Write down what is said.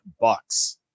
Bucks